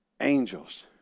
angels